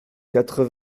quatre